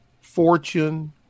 fortune